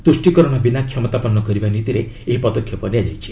ତୁଷ୍ଟିକରଣ ବିନା କ୍ଷମତାପନ୍ନ କରିବା ନୀତିରେ ଏହି ପଦକ୍ଷେପ ନିଆଯାଇଛି